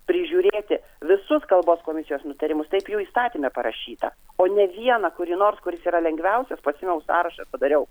prižiūrėti visus kalbos komisijos nutarimus taip jo įstatyme parašyta o ne vieną kurį nors kuris yra lengviausias pasiėmiau sąrašą padariau